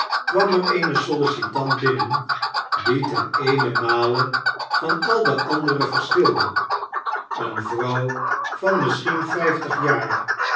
kwam er eene sollicitant binnen die ten eenenmale van al de andere verschilde eenevrouw van misschien vijftig jaar